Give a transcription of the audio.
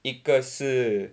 一个是